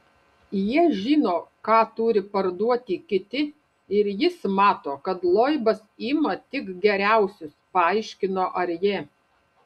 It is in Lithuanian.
jie žino ką turi parduoti kiti ir jis mato kad loibas ima tik geriausius paaiškino arjė